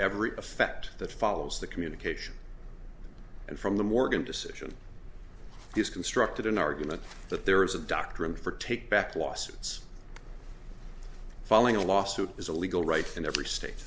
every effect that follows the communication and from the morgan decision has constructed an argument that there is a doctrine for take back lawsuits filing a lawsuit is a legal right and every